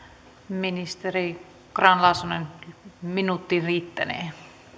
ministeri grahn laasonen minuutti riittänee